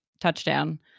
touchdown –